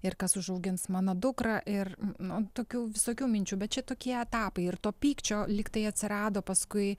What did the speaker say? ir kas užaugins mano dukrą ir nu tokių visokių minčių bet čia tokie etapai ir to pykčio lyg tai atsirado paskui